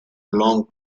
long